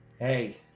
Hey